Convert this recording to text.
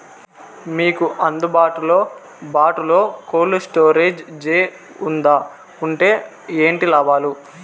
మీకు అందుబాటులో బాటులో కోల్డ్ స్టోరేజ్ జే వుందా వుంటే ఏంటి లాభాలు?